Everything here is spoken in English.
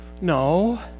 No